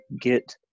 get